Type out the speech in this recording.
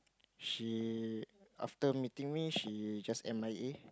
she after meeting me she just M_I_A